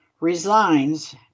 resigns